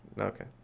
Okay